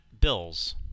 Bills